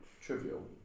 trivial